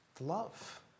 Love